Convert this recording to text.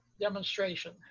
demonstration